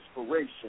inspiration